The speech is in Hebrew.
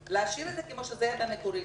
לא, כי הרביזיה נפתחה זה חזר לשולחן.